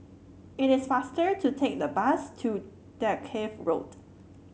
it is faster to take the bus to Dalkeith Road